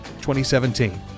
2017